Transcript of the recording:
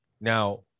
now